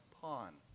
pawn